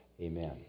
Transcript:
Amen